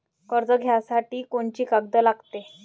कर्ज घ्यासाठी कोनची कागद लागते?